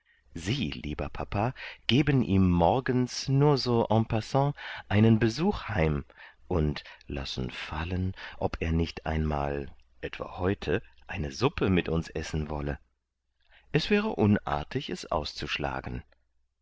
sie lieber papa geben ihm morgens nur so en passant einen besuch heim und lassen fallen ob er nicht einmal etwa heute eine suppe mit uns essen wolle es wäre unartig es auszuschlagen